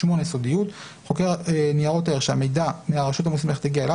סודיות 8. חוקר ניירות ערך שהמידע מהרשות המוסמכת הגיע אליו